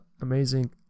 amazing